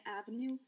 Avenue